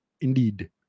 indeed